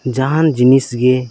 ᱡᱟᱦᱟᱱ ᱡᱤᱱᱤᱥᱜᱮ